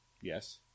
Yes